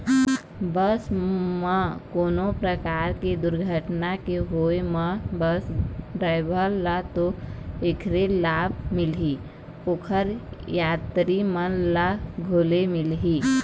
बस म कोनो परकार के दुरघटना के होय म बस डराइवर ल तो ऐखर लाभ मिलही, ओखर यातरी मन ल घलो मिलही